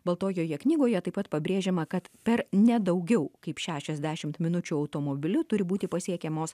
baltojoje knygoje taip pat pabrėžiama kad per ne daugiau kaip šešiasdešimt minučių automobiliu turi būti pasiekiamos